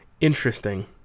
Interesting